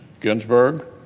Ginsburg